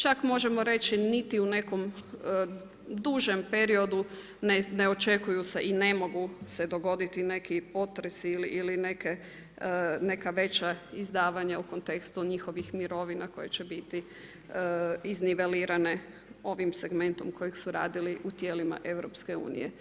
Čak možemo reći niti u nekom dužem periodu ne očekuju se i ne mogu se dogoditi neki potresi ili neka veća izdavanja u kontekstu njihovih mirovina koje će biti iznivelirane ovim segmentom kojeg su radili u tijelima EU.